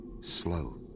Slow